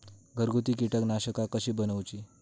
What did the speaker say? घरगुती कीटकनाशका कशी बनवूची?